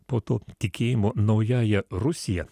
po to tikėjimu naująja rusija